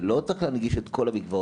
ולא ינגישו את כל המקוואות,